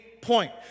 point